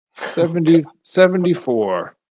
Seventy-seventy-four